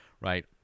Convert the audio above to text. right